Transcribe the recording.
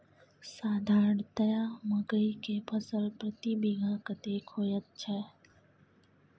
साधारणतया मकई के फसल प्रति बीघा कतेक होयत छै?